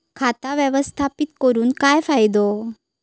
खाता व्यवस्थापित करून काय फायदो?